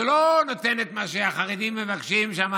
שלא נותנת מה שהחרדים מבקשים שם,